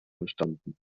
verstanden